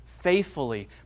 faithfully